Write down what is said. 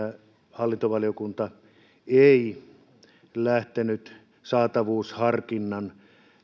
hallintovaliokunta ei lähtenyt saatavuusharkinnan